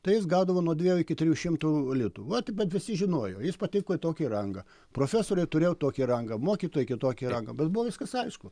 tai jis gaudavo nuo dviejų iki trijų šimtų litų vat bet visi žinojo jis pateko į tokį rangą profesoriai turėjo tokį rangą mokytojai tokį rangą bet buvo viskas aišku